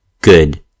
good